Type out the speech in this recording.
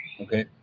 Okay